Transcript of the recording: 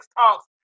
talks